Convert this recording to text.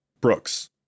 Brooks